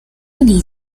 need